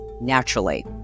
naturally